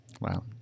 Wow